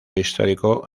histórico